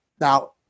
Now